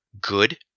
good